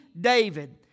David